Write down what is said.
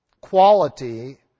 quality